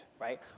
right